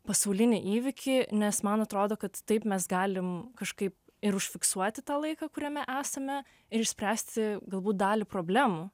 pasaulinį įvykį nes man atrodo kad taip mes galim kažkaip ir užfiksuoti tą laiką kuriame esame ir išspręsti galbūt dalį problemų